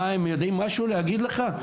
הם יודעים להגיד לך משהו?